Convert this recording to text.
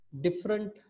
different